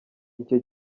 icyo